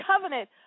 covenant